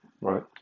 right